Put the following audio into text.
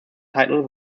title